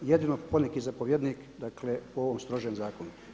Jedino poneki zapovjednik dakle po ovom strožem zakonu.